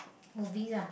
movies ah